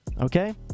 Okay